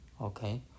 okay